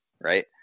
right